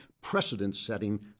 precedent-setting